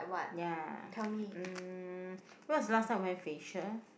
ya um when was the last time you went facial